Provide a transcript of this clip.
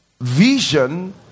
Vision